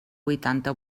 vuitanta